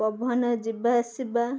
ପବନ ଯିବା ଆସିବା